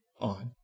on